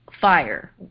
fire